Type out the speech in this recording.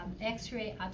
x-ray